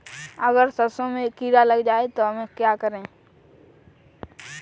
अगर सरसों में कीड़ा लग जाए तो क्या करें?